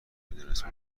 میدونسته